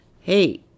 hey